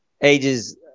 ages